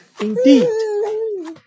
Indeed